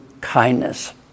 Kindness